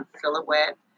silhouette